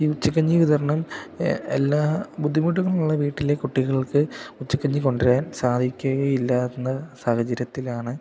ഈ ഉച്ചക്കഞ്ഞി വിതരണം എല്ലാ ബുദ്ധിമുട്ടുകളും ഉള്ള വീട്ടിലെ കുട്ടികൾക്ക് ഉച്ചകഞ്ഞി കൊണ്ട് വരാൻ സാധിക്കുക ഇല്ലായിരുന്ന സാഹചര്യത്തിലാണ്